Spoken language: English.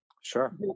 Sure